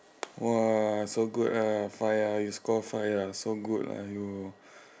!wah! so good ah five ah you score five ah so good ah you